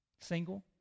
single